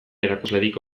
erakuslerik